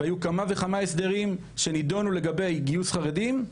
היו כמה וכמה הסדרים שנידונו לגבי גיוס חרדים.